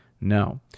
No